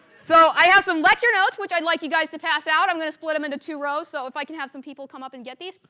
so, i have ah some lecture notes, which i'd like you guys to pass out. i'm gonna split them into two rows. so, if i can have some people come up and get these?